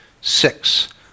Six